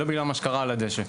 לא בגלל מה שקרה על הדשא.